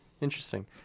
Interesting